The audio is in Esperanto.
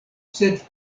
sed